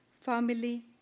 family